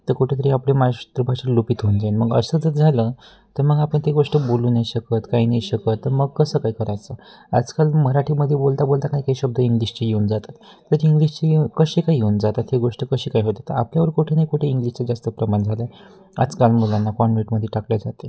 तर कुठेतरी आपली मातृभाषा लुपित होऊन जाईन मग असं जर झालं तर मग आपण ते गोष्ट बोलू ना नाही शकत काही नाही शकत त मग कसं काय करायचं आजकाल मराठीमध्ये बोलता बोलता काही काही शब्द इंग्लिशचे येऊन जातात तर इंग्लिशची कसे काय येऊन जातात हे गोष्ट कसे काय होते तर आपल्यावर कुठे ना कुठे इंग्लिशचे जास्त प्रमाण झालं आहे आजकाल मुलांना कॉन्वेंटमध्ये टाकले जाते